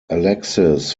alexis